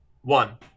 One